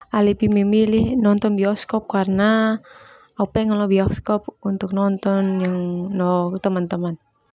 Au lebih memilih nonton bioskop karna au pengen lo bioskop untuk nonton no teman-teman.